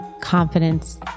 confidence